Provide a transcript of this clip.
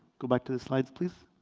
go back to the slides, please.